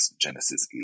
Genesis